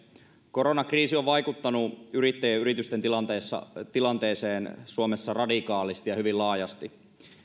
koronakriisi on vaikuttanut yrittäjien ja yritysten tilanteeseen suomessa radikaalisti ja hyvin laajasti